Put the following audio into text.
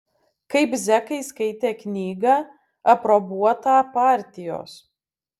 kaip zekai skaitė knygą aprobuotą partijos